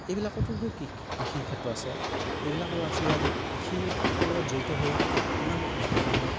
এইবিলাকতোটো কৃষি ক্ষেত্ৰ আছে এইবিলাকৰ ল'ৰা ছোৱালীয়ে আজি কৃষি ক্ষেত্ৰৰ লগত জড়িত হৈ ইমান এটা ডাঙৰ ডাঙৰ